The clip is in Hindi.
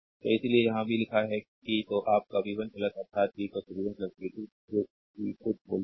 स्लाइड टाइम देखें 1844 तो इसीलिए यहाँ भी लिखा है कि तो आप का v 1 अर्थात v v 1 v 2 जो कि कुल वोल्टेज है